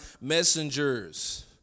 messengers